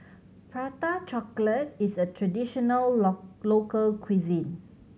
Prata Chocolate is a traditional local cuisine